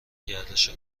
گردش